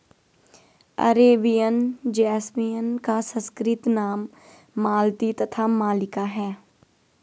Arabian jasmine का संस्कृत नाम मालती तथा मल्लिका है